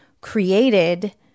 created